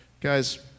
Guys